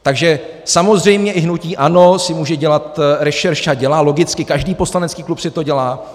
Takže samozřejmě i hnutí ANO si může dělat rešerši, a dělá logicky, každý poslanecký klub si to dělá.